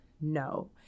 no